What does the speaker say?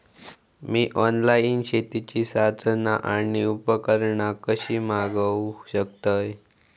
मी online शेतीची साधना आणि उपकरणा कशी मागव शकतय?